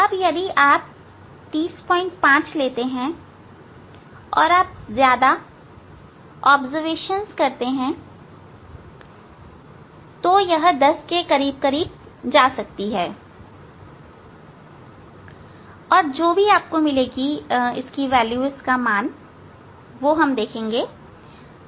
अब यदि आप 305 लेते हैं या आप ज्यादा अवलोकन लेते हैं यह 10 के समीप जा सकती है और जो भी आपको मिलेगी वह इसका मान है